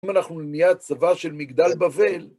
אם אנחנו נהייה הצבא של מגדל בבל...